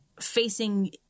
facing